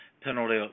penalty